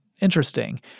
interesting